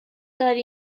داری